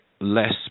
less